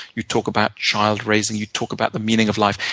you talk about child-raising, you talk about the meaning of life.